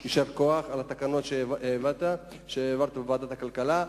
יישר כוח על התקנות שהעברת בוועדת הכלכלה.